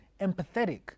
empathetic